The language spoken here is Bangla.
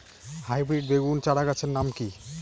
হাইব্রিড বেগুন চারাগাছের নাম কি?